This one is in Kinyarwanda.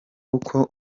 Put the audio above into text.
uko